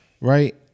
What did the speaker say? right